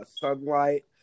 Sunlight